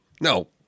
No